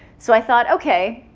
so i thought, ok.